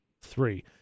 Three